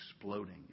exploding